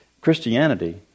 Christianity